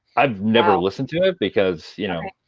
i've never listened to it, because you know